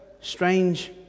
strange